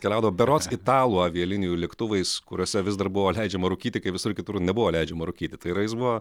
keliaudavo berods italų avialinijų lėktuvais kuriuose vis dar buvo leidžiama rūkyti kai visur kitur nebuvo leidžiama rūkyti tai yra jis buvo